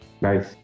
Nice